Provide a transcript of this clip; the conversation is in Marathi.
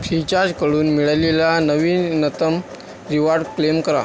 फ्रीचार्जकडून मिळालेला नवीनतम रिवॉर्ड क्लेम करा